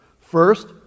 First